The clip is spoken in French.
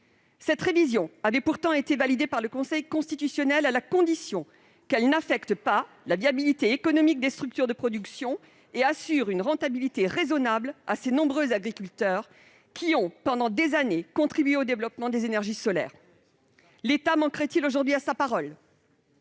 Cette révision avait pourtant été validée par le Conseil constitutionnel à la condition qu'elle n'affecte pas la viabilité économique des structures de production et assure une rentabilité raisonnable à ces nombreux agriculteurs qui, pendant des années, ont contribué au développement des énergies solaires. L'État manquerait-il aujourd'hui à sa parole ?